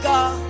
God